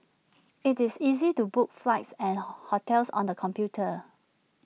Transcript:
IT is easy to book flights and hotels on the computer